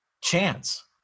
chance